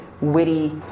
witty